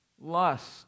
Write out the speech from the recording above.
Lust